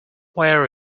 where